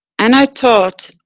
and i thought,